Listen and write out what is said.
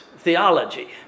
theology